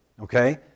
okay